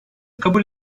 kabul